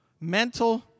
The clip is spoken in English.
mental